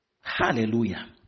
Hallelujah